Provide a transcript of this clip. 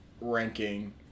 ranking